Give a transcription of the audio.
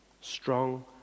Strong